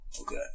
okay